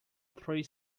three